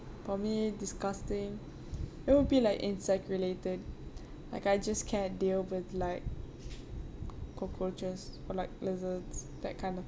for me disgusting it will be like insect related like I just can't deal with like cockroaches or like lizards that kind of